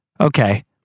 Okay